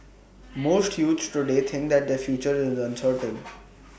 most youths today think that their future is uncertain